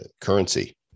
currency